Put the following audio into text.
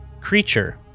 creature